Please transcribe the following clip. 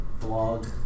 blog